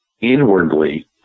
inwardly